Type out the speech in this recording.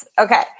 Okay